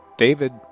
David